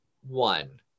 one